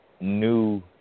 new